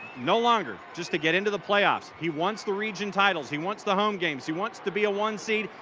no longer just to get into the playoffs. he wants the region titles. he wants the home games. he wants to be a home seed.